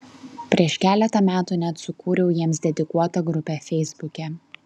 prieš keletą metų net sukūriau jiems dedikuotą grupę feisbuke